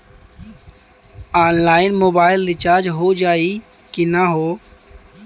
Online mobile recharge हो जाई की ना हो?